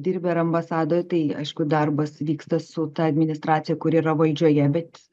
dirbi ar ambasadoj tai aišku darbas vyksta su ta administracija kuri yra valdžioje bet